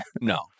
No